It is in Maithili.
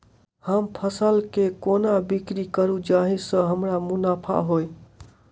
हम फसल केँ कोना बिक्री करू जाहि सँ हमरा मुनाफा होइ?